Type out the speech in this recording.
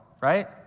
right